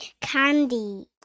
candy